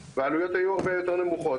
והעלויות היו הרבה יותר נמוכות.